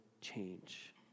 change